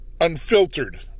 Unfiltered